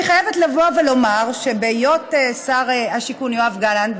אני חייבת לבוא ולומר ששר השיכון יואב גלנט,